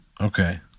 okay